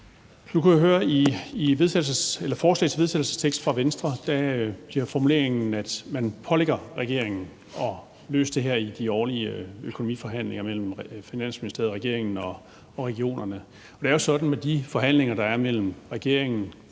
Nu kunne jeg høre, at der i forslaget til vedtagelse fra Venstre blev brugt formuleringen, at man pålægger regeringen at løse det her i de årlige økonomiforhandlinger mellem Finansministeriet og regeringen og regionerne. Det er jo sådan, at de forhandlinger, der er mellem regeringen